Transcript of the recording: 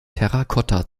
terrakotta